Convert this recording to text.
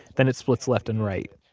then it splits left and right.